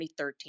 2013